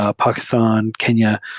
ah pakistan, kenya,